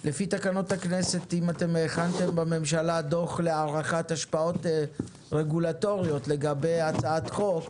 אם הכנתם בממשלה דוח להערכת השפעות רגולטוריות לגבי הצעת חוק,